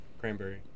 cranberry